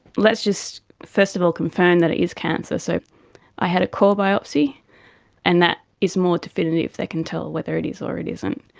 let's just first of all confirm that it is cancer. so i had a core biopsy and that is more definitive, they can tell whether it is or it isn't.